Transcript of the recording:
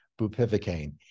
bupivacaine